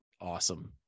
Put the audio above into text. awesome